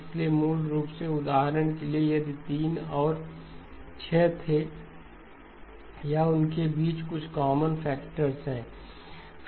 इसलिए मूल रूप से उदाहरण के लिए यदि वे 3 और 6 थे या उनके बीच कुछ कॉमन फैक्टर्स हैं